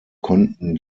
konnten